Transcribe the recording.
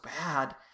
bad